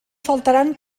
faltaran